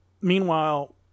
Meanwhile